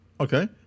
Okay